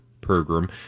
program